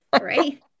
right